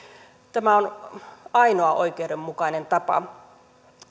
tämä on ainoa oikeudenmukainen tapa